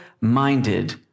minded